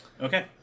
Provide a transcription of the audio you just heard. Okay